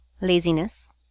laziness